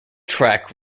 track